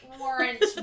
warrant